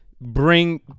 bring